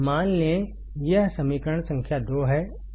मान लें कि यह समीकरण संख्या 2 है